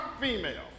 female